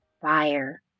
fire